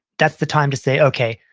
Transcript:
that's the time to say, okay,